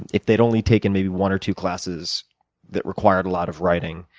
and if they'd only taken maybe one or two classes that required a lot of writing,